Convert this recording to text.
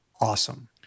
awesome